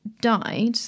died